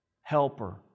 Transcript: helper